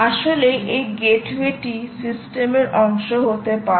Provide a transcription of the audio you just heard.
আসলে এই গেটওয়েটি সিস্টেমের অংশ হতে পারে